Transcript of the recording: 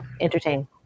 entertain